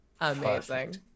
Amazing